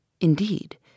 Indeed